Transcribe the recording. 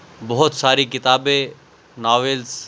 بہت ساری کتابیں ناولس